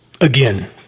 Again